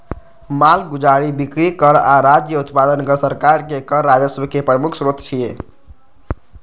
मालगुजारी, बिक्री कर आ राज्य उत्पादन कर सरकार के कर राजस्व के प्रमुख स्रोत छियै